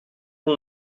com